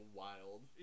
wild